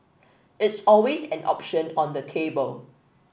it's always an option on the table